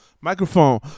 Microphone